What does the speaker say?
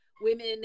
women